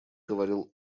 говорил